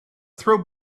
throw